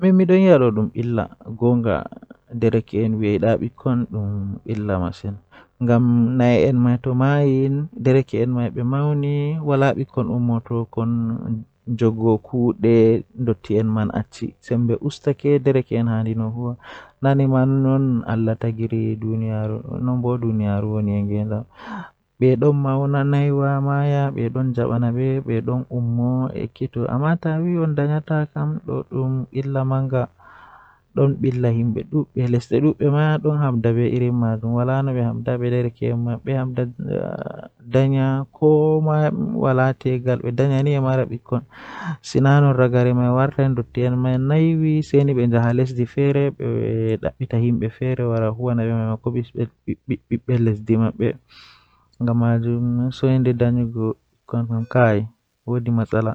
Nyamdu jei mi ɓuri yiɗugo kannjum woni kusel Miɗo yiɗi jeyɗi laalo sabu o waɗi laɓɓorde e njamɗude. E jammaaji ɗiɗɗi, mi faala maafe nguurndam so tawii jammaaji njiɗɗi ngam njamɗude ngal kaɗi moƴƴere ɗum nder nderngu leydi